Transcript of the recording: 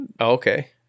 okay